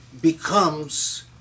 becomes